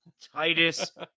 Titus